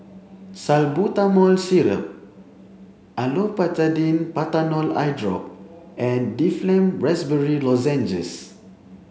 Salbutamol Syrup Olopatadine Patanol Eyedrop and Difflam Raspberry Lozenges